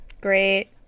great